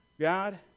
God